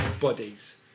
bodies